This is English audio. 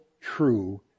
true